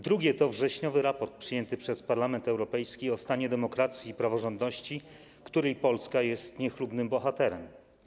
Drugie to wrześniowy raport przyjęty przez Parlament Europejski o stanie demokracji i praworządności, którego Polska jest niechlubnym bohaterem.